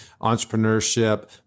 entrepreneurship